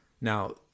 Now